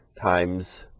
times